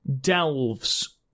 delves